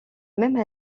même